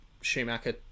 Schumacher